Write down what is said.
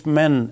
men